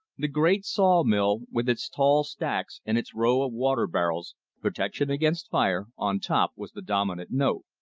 the great saw mill, with its tall stacks and its row of water-barrels protection against fire on top, was the dominant note.